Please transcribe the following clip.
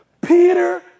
Peter